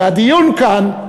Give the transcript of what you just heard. והדיון כאן,